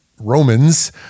Romans